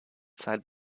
side